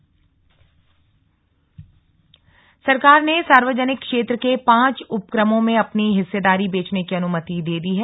केंद्रीय कैबिनेट सरकार ने सार्वजनिक क्षेत्र के पांच उपक्रमों में अपनी हिस्सेदारी बेचने की अनुमति दे दी है